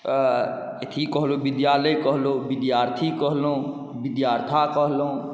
अथी कहलहुँ विद्यालय कहलहुँ विद्यार्थी कहलहुँ विद्यार्था कहलहुँ